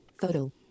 Photo